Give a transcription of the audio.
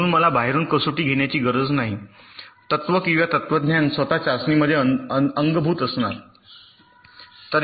म्हणून मला बाहेरून कसोटी घेण्याची गरज नाही तत्व किंवा तत्वज्ञान स्वत चाचणी मध्ये अंगभूत म्हणतात